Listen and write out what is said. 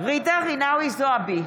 ג'ידא רינאוי זועבי,